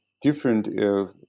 different